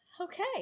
Okay